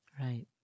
Right